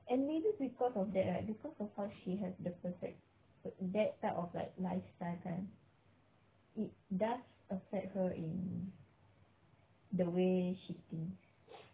and maybe because of that right because of how she have the percep~ that type of lifestyle kan it does affect her in the way she thinks